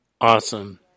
Awesome